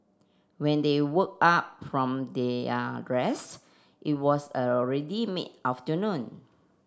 when they woke up from their rest it was already mid afternoon